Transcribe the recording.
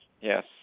yes